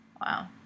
Wow